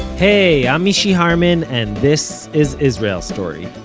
hey i'm mishy harman and this is israel story.